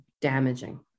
damaging